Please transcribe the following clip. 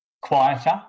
quieter